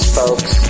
folks